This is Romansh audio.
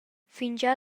fingià